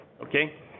Okay